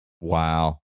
Wow